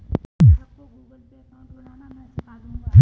सार्थक को Google Pay account बनाना मैं सीखा दूंगा